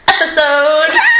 episode